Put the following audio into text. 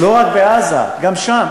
לא רק בעזה, גם שם.